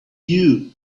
you